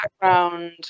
background